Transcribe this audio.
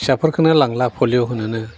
फिसाफोरखोनो लांला पलिय' होनोनो